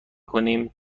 کنیم